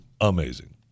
amazing